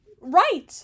Right